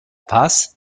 paz